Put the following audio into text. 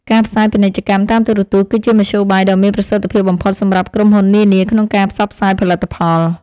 ការផ្សាយពាណិជ្ជកម្មតាមទូរទស្សន៍ គឺជាមធ្យោបាយដ៏មានប្រសិទ្ធភាពបំផុតសម្រាប់ក្រុមហ៊ុននានាក្នុងការផ្សព្វផ្សាយផលិតផល។